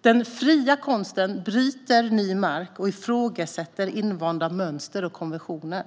Den fria konsten bryter ny mark och ifrågasätter invanda mönster och konventioner.